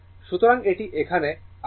সুতরাং এটি এখানে আরেকটি পয়েন্ট নেয়